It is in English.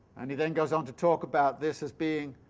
and he then goes on to talk about this as being,